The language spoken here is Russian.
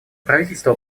правительство